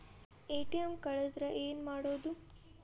ATM ಕಳದ್ರ ಏನು ಮಾಡೋದು?